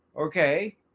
okay